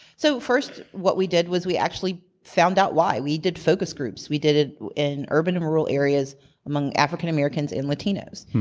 so first, what we did was we actually found out why. we did focus groups. we did it in urban and rural areas among african americans and latinos.